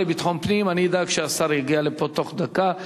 אני אדאג שהשר יגיע לפה בתוך דקה.